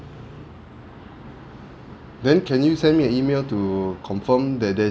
then can you send me an E-mail to confirm that there is